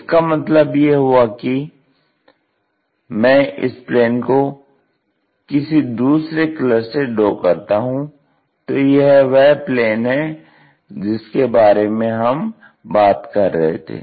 इसका मतलब यह हुआ कि मैं इस प्लेन को किसी दूसरे कलर से ड्रा करता हूँ तो यह वह प्लेन है जिसके बारे में हम बात कर रहे थे